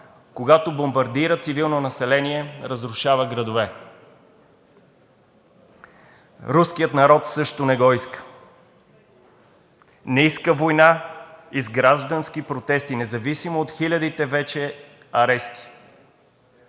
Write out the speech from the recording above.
когато бомбардира цивилно население, разрушава градове. Руският народ също не го иска и не иска война и с граждански протести, независимо от хилядите вече арести,